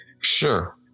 Sure